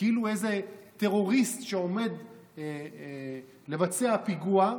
כאילו הוא איזה טרוריסט שעומד לבצע פיגוע.